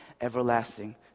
everlasting